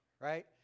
right